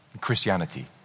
Christianity